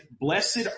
blessed